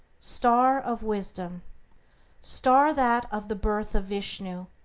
star of wisdom star that of the birth of vishnu,